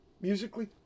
musically